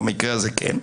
במקרה הזה כן,